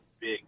big